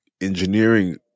engineering